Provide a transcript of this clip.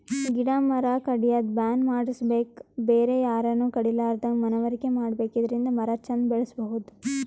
ಗಿಡ ಮರ ಕಡ್ಯದ್ ಬ್ಯಾನ್ ಮಾಡ್ಸಬೇಕ್ ಬೇರೆ ಯಾರನು ಕಡಿಲಾರದಂಗ್ ಮನವರಿಕೆ ಮಾಡ್ಬೇಕ್ ಇದರಿಂದ ಮರ ಚಂದ್ ಬೆಳಸಬಹುದ್